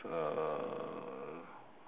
uh